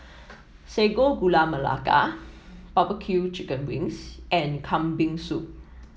Sago Gula Melaka barbecue Chicken Wings and Kambing Soup